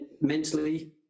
mentally